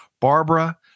Barbara